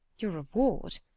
your reward?